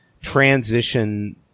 transition